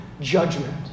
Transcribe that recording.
judgment